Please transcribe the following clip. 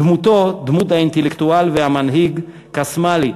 דמותו, דמות האינטלקטואל והמנהיג, קסמה לי.